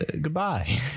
goodbye